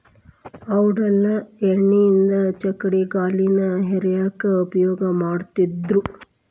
ಔಡಲ ಎಣ್ಣಿಯಿಂದ ಚಕ್ಕಡಿಗಾಲಿನ ಹೇರ್ಯಾಕ್ ಉಪಯೋಗ ಮಾಡತ್ತಿದ್ರು